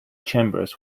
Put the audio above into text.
chambers